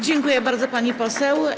Dziękuję bardzo, pani poseł.